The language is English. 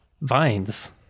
Vines